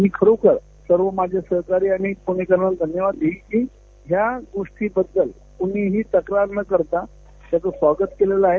मी खरोखर सर्व माझे सहकारी आणि पुणेकरांना धन्यवाद देईन की या गोष्टीबद्दल कुठलीही तक्रार न करता त्याचं स्वागत केलेलं आहे